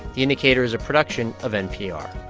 the indicator is a production of npr